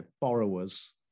borrowers